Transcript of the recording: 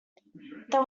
there